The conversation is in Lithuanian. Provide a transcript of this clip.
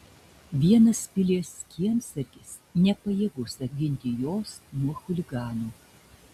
vienas pilies kiemsargis nepajėgus apginti jos nuo chuliganų